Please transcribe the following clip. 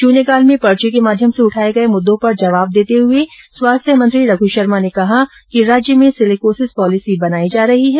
शुन्यकाल में पर्ची के माध्यम से उठाए गए मुद्दों पर जवाब देते हए स्वास्थ्य मंत्री रघू शर्मा ने कहा कि राज्य में सिलिकोसिस पॉलिसी बनाई जा रही है